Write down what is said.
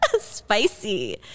Spicy